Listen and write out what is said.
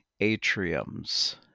atriums